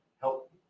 help